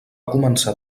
començar